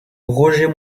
roger